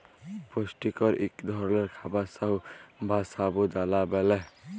পুষ্টিকর ইক ধরলের খাবার সাগু বা সাবু দালা ব্যালে